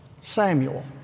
Samuel